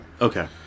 Okay